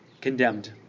condemned